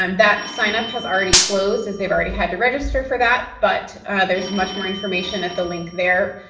um that signup has already closed, as they've already had to register for that, but there's much more information at the link there.